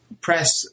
press